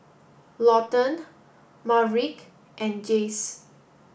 Lawton Maverick and Jayce